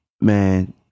man